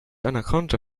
anaconda